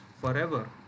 forever